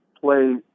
play